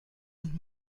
und